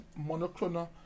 monoclonal